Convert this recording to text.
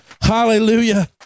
Hallelujah